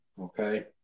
Okay